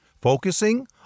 focusing